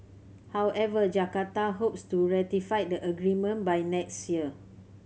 however Jakarta hopes to ratify the agreement by next year